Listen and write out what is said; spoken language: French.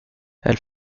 elle